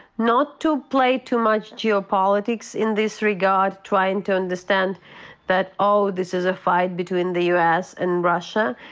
not to play too much geopolitics in this regard. trying to understand that, oh, this is a fight between the u. s. and russia.